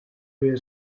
rayon